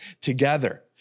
together